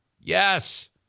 Yes